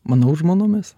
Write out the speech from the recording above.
manau žmonomis